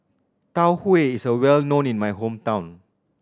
Tau Huay is well known in my hometown